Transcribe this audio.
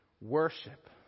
worship